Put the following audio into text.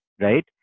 right